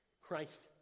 christ